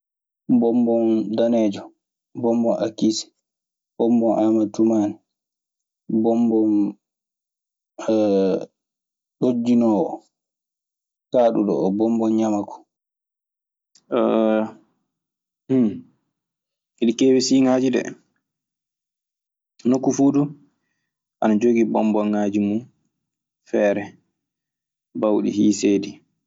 Bombon danejo, bombon akisi, bombon amadu tumani, bombon ɗojinowo kadudo o, bombon ŋamaku. hum! ina keewi siŋaaji de. Nokku fuu du ina jogii bonbonŋaaji mun feere baawɗi hiiseede.